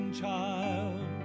child